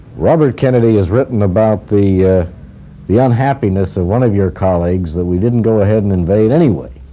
robert kennedy has written about the the unhappiness of one of your colleagues that we didn't go ahead and invade anyway.